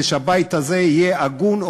ושהבית הזה יהיה הגון,